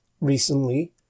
recently